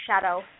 Shadow